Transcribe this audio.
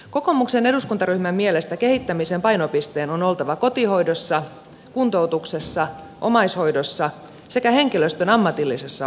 kokoomuksen eduskuntaryhmän mielestä kehittämisen painopisteen on oltava kotihoidossa kuntoutuksessa omaishoidossa sekä henkilöstön ammatillisessa osaamisessa